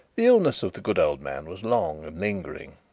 illness of the good old man was long and lingering,